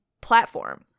platform